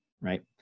right